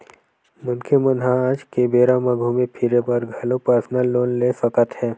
मनखे मन ह आज के बेरा म घूमे फिरे बर घलो परसनल लोन ले सकत हे